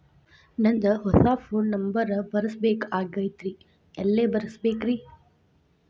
ನಂದ ಹೊಸಾ phone number ಬರಸಬೇಕ್ ಆಗೈತ್ರಿ ಎಲ್ಲೆ ಬರಸ್ಬೇಕ್ರಿ?